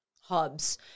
hubs